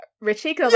Richie